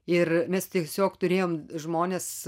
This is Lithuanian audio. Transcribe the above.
ir mes tiesiog turėjome žmones